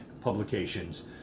publications